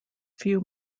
few